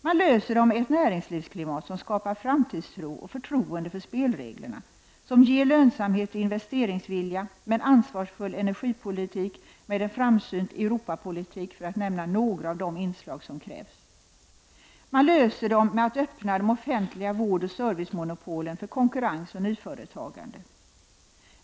Man löser dem med ett näringslivsklimat som skapar framtidstro och förtroende för spelreglerna, som ger lönsamhet och investeringsvilja, med en ansvarsfull energipolitik och med en framsynt Europapolitik för att nämna några av de inslag som krävs. Man löser dem med att öppna de offentliga vårdoch servicemonopolen för konkurrens och nyföretagande.